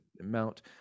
amount